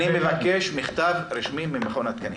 אני מבקש מכתב רשמי ממכון התקנים.